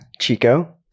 Chico